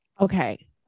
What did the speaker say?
okay